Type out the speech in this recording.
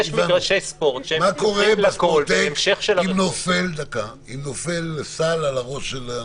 יש מגרשי ספורט שהם --- מה קורה בספורטק אם נופל סל על הראש של אנשים?